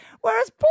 Whereas